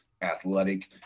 athletic